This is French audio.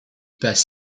passe